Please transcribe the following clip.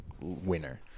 Winner